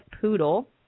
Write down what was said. poodle